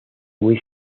muy